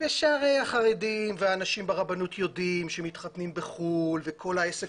שהרי החרדים והאנשים ברבנות יודעים שמתחתנים בחו"ל וכל העסק